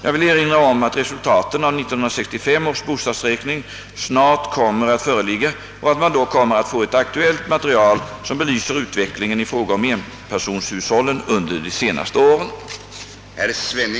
Jag vill erinra om att resultaten av 1965 års bostadsräkning snart kommer att föreligga och att man då kommer att få ett aktuellt material som belyser utvecklingen i fråga om enpersonshushållen under de senaste åren.